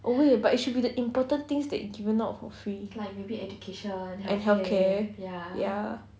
but it should be the important things that given out for free and healthcare ya